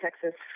Texas